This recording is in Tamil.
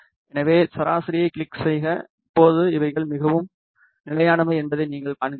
எனவே சராசரியைக் கிளிக் செய்க இப்போது இவைகள் மிகவும் நிலையானவை என்பதை நீங்கள் காண்கிறீர்கள்